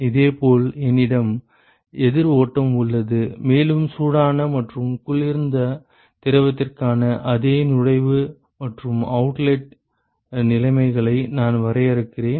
இதேபோல் என்னிடம் எதிர் ஓட்டம் உள்ளது மேலும் சூடான மற்றும் குளிர்ந்த திரவத்திற்கான அதே நுழைவு மற்றும் அவுட்லெட் நிலைமைகளை நான் வரையறுக்கிறேன்